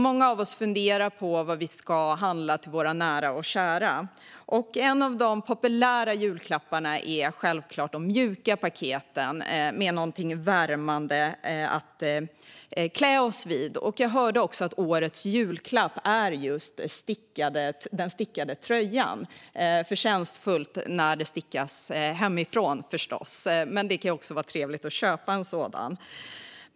Många av oss funderar på vad vi ska handla till våra nära och kära. De mjuka paketen är populära julklappar med något värmande som vi kan klä oss i. Jag hörde också att årets julklapp är just en stickad tröja - förtjänstfullt när den stickas hemma, förstås, men det kan också vara trevligt att köpa en sådan.